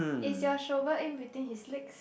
is your shovel in between his legs